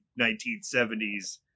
1970s